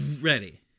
Ready